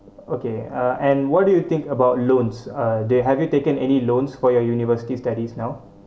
okay uh and what do you think about loans uh do you have you taken any loans for your university studies now